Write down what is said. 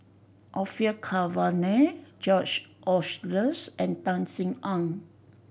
Orfeur Cavenagh George Oehlers and Tan Sin Aun